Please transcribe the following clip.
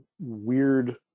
weird